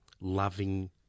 loving